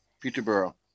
Peterborough